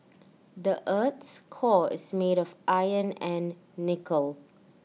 the Earth's core is made of iron and nickel